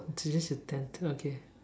so that's your tenth okay